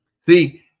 See